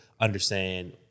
understand